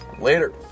later